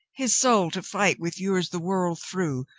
his soul to fight with yours the world through,